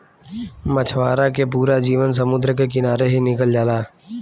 मछवारा के पूरा जीवन समुंद्र के किनारे ही निकल जाला